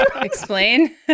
Explain